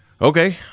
Okay